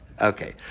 Okay